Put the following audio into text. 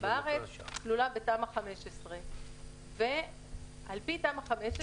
בארץ כלולה בתמ"א 15. על פי תמ"א 15